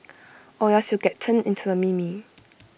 or else you get turned into A meme